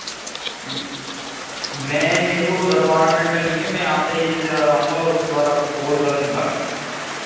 यह मैं मेरे को दस बारह मिनट लगेंगे मैं आते ही जैसे आऊँगा उसके बाद आपको कॉल कर लूँगा